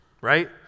Right